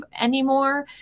anymore